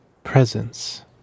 Presence